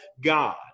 God